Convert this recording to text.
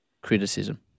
criticism